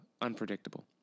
unpredictable